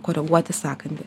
koreguoti sąkandį